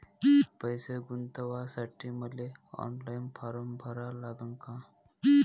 पैसे गुंतवासाठी मले ऑनलाईन फारम भरा लागन का?